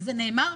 זה נאמר.